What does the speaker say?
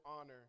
honor